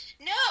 no